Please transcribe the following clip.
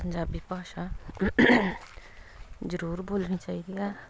ਪੰਜਾਬੀ ਭਾਸ਼ਾ ਜ਼ਰੂਰ ਬੋਲਣੀ ਚਾਹੀਦੀ ਹੈ